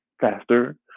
faster